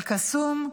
אל-קסום,